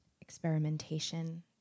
experimentation